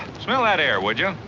smell that air, would you?